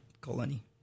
colony